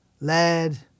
lead